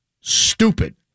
stupid